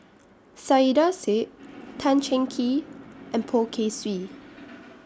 Saiedah Said Tan Cheng Kee and Poh Kay Swee